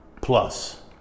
plus